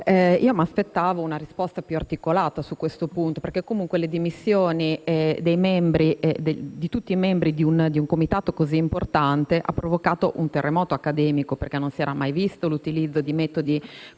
sarei aspettata una risposta più articolata su questo punto, perché comunque le dimissioni di tutti i membri di un comitato così importante hanno provocato uno terremoto accademico. Non si era mai visto, infatti, l'utilizzo di metodi così